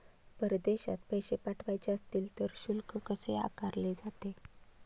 परदेशात पैसे पाठवायचे असतील तर शुल्क कसे आकारले जाते?